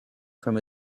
from